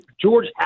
George